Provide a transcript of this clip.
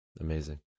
amazing